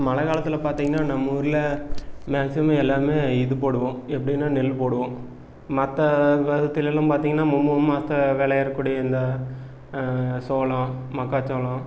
மழை காலத்தில் பார்த்திங்கனா நம்மூரில் மேக்ஸிமம் எல்லாமே இது போடுவோம் எப்படின்னா நெல் போடுவோம் மற்ற காலத்திலலாம் பார்த்திங்கனா மூணு மாசத்தில் விளையிரக்கூடிய இந்த சோளம் மக்காச்சோளம்